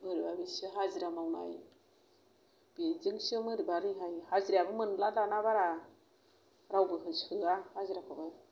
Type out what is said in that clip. बोरैबा बेसे हाजिरा मावनाय बेजोंसो माबोरैबा रेहाय हाजिरायाबो मोनला दाना बारा गावबो होसोआ हाजिराखौनो